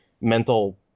mental